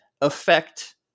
affect